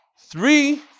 three